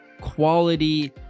quality